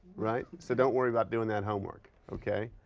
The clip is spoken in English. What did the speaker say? right? so don't worry about doing that homework, okay?